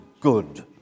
good